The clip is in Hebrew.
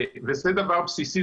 וזה דבר בסיסי,